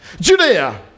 Judea